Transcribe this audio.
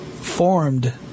formed